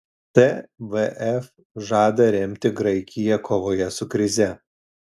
tvf žada remti graikiją kovoje su krize